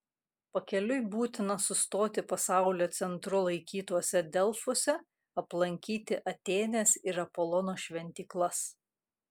pakeliui būtina sustoti pasaulio centru laikytuose delfuose aplankyti atėnės ir apolono šventyklas